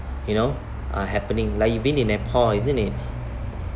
you know are happening like you've been in nepal isn't it